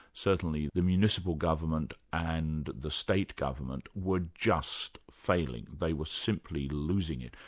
certainly the municipal government and the state government were just failing, they were simply losing it.